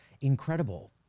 incredible